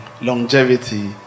longevity